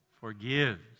forgives